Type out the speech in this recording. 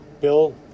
Bill